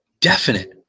Definite